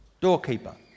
doorkeeper